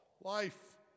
Life